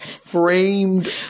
framed